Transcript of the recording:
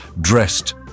dressed